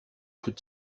could